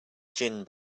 gin